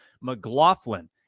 McLaughlin